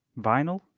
Vinyl